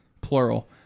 plural